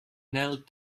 knelt